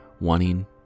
wanting